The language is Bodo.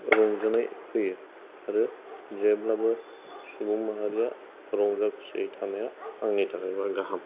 रंजानाय होयो आरो जेब्लाबो सुबुं माहारिया रंजा खुसियै थानाया आंनि थाखायबो गाहाम